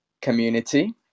community